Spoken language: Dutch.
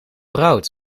rood